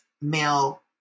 male